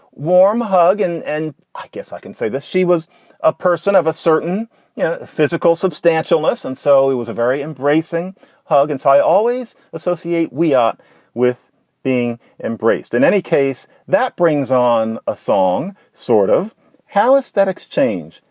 warm hug. and and i guess i can say that she was a person of a certain yeah physical substantial less. and so it was a very embracing hug. and so i always associate we are with being embraced in any case, that brings on a song sort of hallis that exchange.